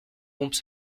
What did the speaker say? rompre